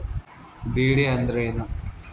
DD ಅಂದ್ರೇನು?